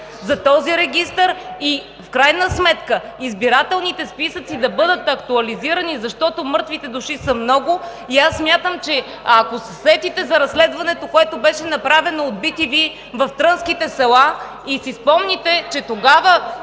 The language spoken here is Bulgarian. за този регистър. В крайна сметка избирателните списъци да бъдат актуализирани, защото мъртвите души са много и аз смятам, че ако се сетите за разследването, което беше направено от bTV в трънските села ще си спомните, че тогава